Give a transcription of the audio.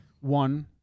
One